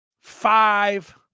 five